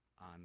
on